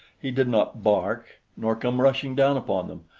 he did not bark, nor come rushing down upon them,